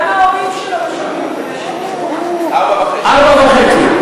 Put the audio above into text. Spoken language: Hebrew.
גם ההורים שלו משלמים, ארבע וחצי.